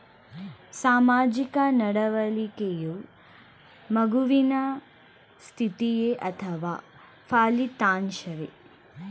ಸಾಮಾಜಿಕ ನಡವಳಿಕೆಯು ಮಗುವಿನ ಸ್ಥಿತಿಯೇ ಅಥವಾ ಫಲಿತಾಂಶವೇ?